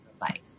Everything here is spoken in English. life